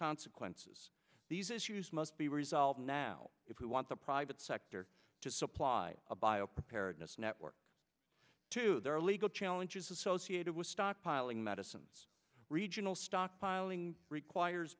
consequences these issues must be resolved now if we want the private sector to supply a bio preparedness network to their legal challenges associated with stockpiling medicines regional stockpiling requires